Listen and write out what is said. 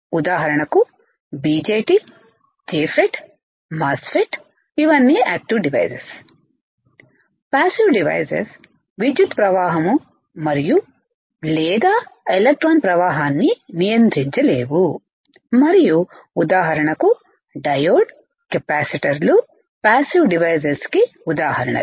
ఉదాహరణకుబిజెటి JFET MOSFET ఇవన్నీ active devices passive devices విద్యుత్ ప్రవాహం మరియు లేదా ఎలక్ట్రాన్ ప్రవాహాన్ని నియంత్రించలేవు మరియు ఉదాహరణకు డయోడ్ కెపాసిటర్ లు పాసివ్ డివైసెస్ కి ఉదాహరణలు